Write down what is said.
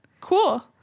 Cool